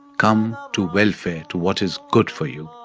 come to welfare, to what is good for you.